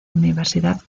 universidad